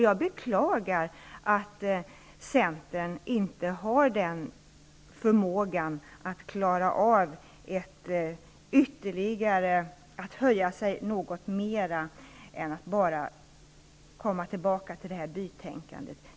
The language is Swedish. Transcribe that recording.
Jag beklagar att Centern inte har förmåga att höja sig något över bytänkandet.